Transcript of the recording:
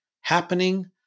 happening